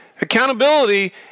Accountability